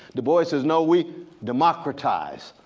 du bois is now we democratize.